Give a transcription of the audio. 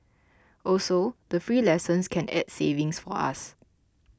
also the free lessons can add savings for us